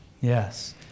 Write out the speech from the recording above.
Yes